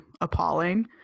appalling